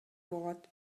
болот